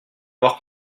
avoir